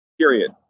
Period